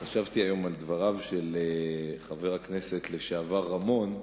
חשבתי על דבריו של חבר הכנסת לשעבר רמון,